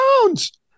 pounds